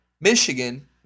Michigan